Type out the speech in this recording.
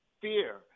fear